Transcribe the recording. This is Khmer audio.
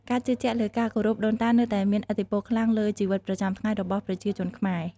ការជឿជាក់លើការគោរពដូនតានៅតែមានឥទ្ធិពលខ្លាំងលើជីវិតប្រចាំថ្ងៃរបស់ប្រជាជនខ្មែរ។